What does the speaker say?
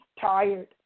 tired